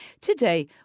Today